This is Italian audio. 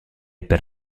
per